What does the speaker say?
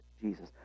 Jesus